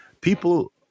People